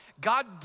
God